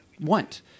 want